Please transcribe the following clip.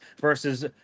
versus